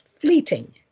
fleeting